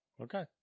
Okay